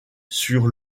sur